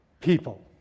people